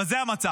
אבל זה המצב.